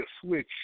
switch